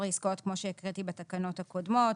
העסקאות כמו שהקראתי בתקנות הקודמות.